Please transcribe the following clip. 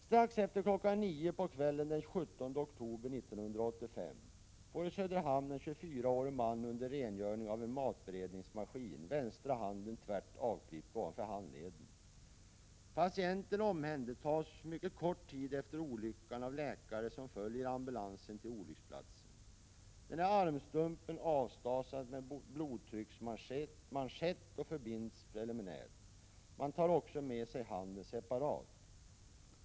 Strax efter klockan nio på kvällen den 17 oktober 1985 får i Söderhamn en 24-årig man under rengöring av en matberedningsmaskin vänstra handen tvärt avklippt ovanför handleden. Patienten omhändertogs mycket kort tid efter olyckan av en läkare, som följde ambulansen till olycksplatsen. Armstumpen avstasas med en blodtrycksmanschett och förbinds preliminärt. Man tar också med sig handen separat.